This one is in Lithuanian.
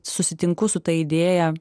susitinku su ta idėja